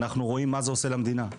אנחנו רואים מה זה עושה למדינה.